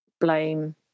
blame